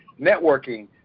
networking